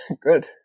good